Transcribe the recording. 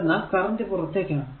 എന്തെന്നാൽ കറന്റ് പുറത്തേക്കാണ്